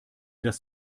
das